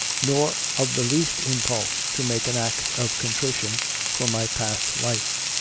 nor of the least impulse to make an act of contrition for my past life.